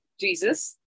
Jesus